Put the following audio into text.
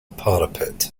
parapet